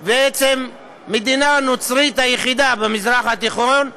המדינה הנוצרית היחידה במזרח התיכון,